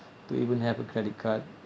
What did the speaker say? to even have a credit card